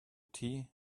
tea